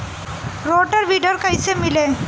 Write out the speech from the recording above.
Rotor weeder कईसे मिले?